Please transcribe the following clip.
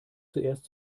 zuerst